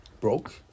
broke